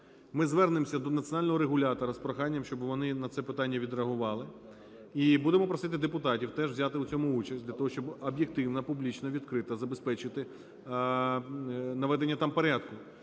ми звернемося до національного регулятора з проханням, щоб вони на це питання відреагували. І будемо просити депутатів теж взяти в цьому участь, для того щоб об'єктивно, публічно, відкрито забезпечити наведення там порядку.